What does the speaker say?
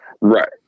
right